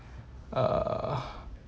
uh